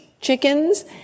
chickens